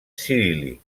ciríl·lic